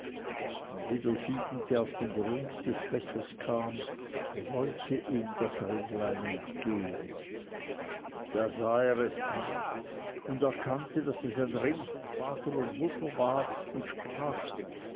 und wie der siebente auf den grund des bechers kam rollte ihm das ringlein entgegen da sah er es an und erkannte daß es ein ring von vater und mutter war und sprach